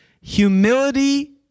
Humility